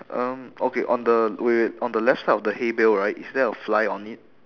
um okay on the wait wait wait on the left side of the hay bale right is there a fly on it